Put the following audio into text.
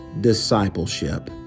Discipleship